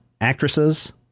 actresses